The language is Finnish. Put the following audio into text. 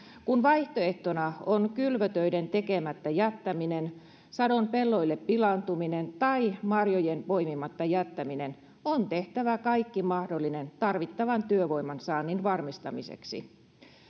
kun vaihtoehtona on kylvötöiden tekemättä jättäminen sadon pelloille pilaantuminen tai marjojen poimimatta jättäminen on tehtävä kaikki mahdollinen tarvittavan työvoiman saannin varmistamiseksi